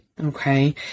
Okay